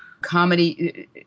comedy